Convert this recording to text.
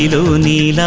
you know oniy